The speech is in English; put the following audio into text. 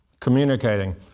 communicating